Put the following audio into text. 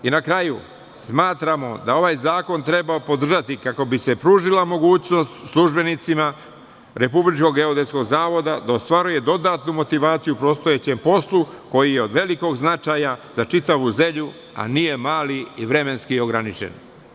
I na kraju, smatramo da ovaj zakon treba podržati kako bi se pružila mogućnost službenicima Republičkog geodetskog zavoda da ostvaruje dodatnu motivaciju postojećem poslu, koji je od velikog značaja za čitavu zemlju, a nije mali i vremenski je ograničen.